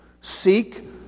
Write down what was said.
Seek